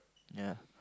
ya